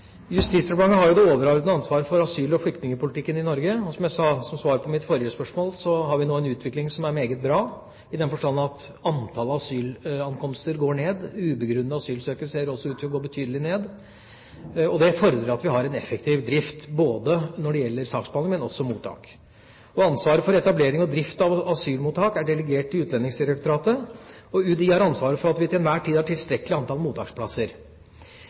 Justisdepartementet har det overordnede ansvaret for asyl- og flyktningpolitikken i Norge, og som jeg sa som svar på mitt forrige spørsmål, har vi nå en utvikling som er meget bra i den forstand at antallet asylankomster går ned. Antall ubegrunnede asylsøkere også ser ut til å gå betydelig ned. Det fordrer at vi har en effektiv drift, både når det gjelder saksbehandling og mottak. Ansvaret for etablering og drift av asylmottak er delegert til Utlendingsdirektoratet, og UDI har ansvaret for at vi til enhver tid har tilstrekkelig antall mottaksplasser.